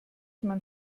man